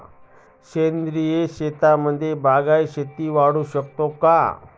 सेंद्रिय शेतीमध्ये बागायती शेती वाढवू शकतो का?